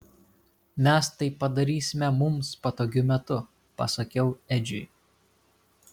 mes tai padarysime mums patogiu metu pasakiau edžiui